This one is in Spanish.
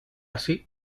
así